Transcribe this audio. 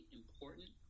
important